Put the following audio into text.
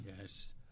Yes